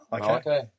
Okay